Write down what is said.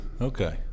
Okay